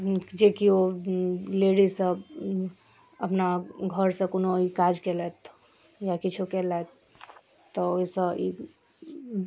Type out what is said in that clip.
जे केओ लेडीजसब अपना घरसँ कोनो भी काज केलथि या किछु केलथि तऽ ओहिसँ ई